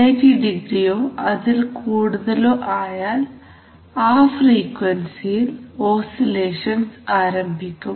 180 ഡിഗ്രിയോ അതിൽകൂടുതലോ ആയാൽ ആ ഫ്രീക്വൻസിയിൽ ഓസിലേഷൻസ് ആരംഭിക്കും